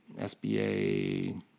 SBA